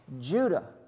Judah